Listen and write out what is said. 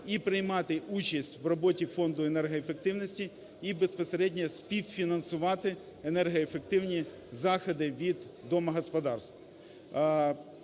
і приймати участь у роботі Фонду енергоефективності, і безпосередньо співфінансувати енергоефективні заходи від домогосподарств.